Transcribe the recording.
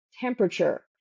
temperature